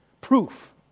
Proof